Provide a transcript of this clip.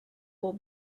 will